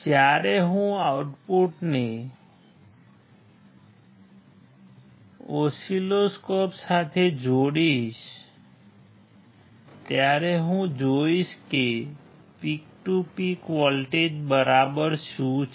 જ્યારે હું આઉટપુટને ઓસિલોસ્કોપ સાથે જોડીશ ત્યારે હું જોઈશ કે પીક ટુ પીક વોલ્ટેજ બરાબર શું છે